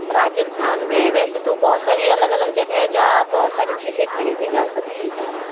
राजस्थान में वैसे तो बहुत सारी अलग अलग जगह है जहाँ आप बहुत सारी चीज़ें खरीदी जा सकती हैं